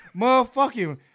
Motherfucking